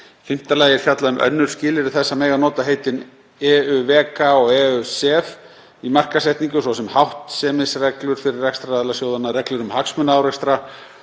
lagi er fjallað um önnur skilyrði þess að mega nota heitin EuVECA og EuSEF í markaðssetningu, svo sem háttsemisreglur fyrir rekstraraðila sjóðanna, reglur um hagsmunaárekstra